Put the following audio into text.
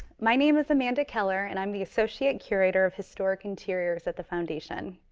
my name is amanda keller and i'm the associate curator of historic interiors at the foundation.